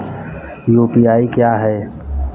UPI क्या है?